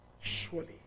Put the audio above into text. Surely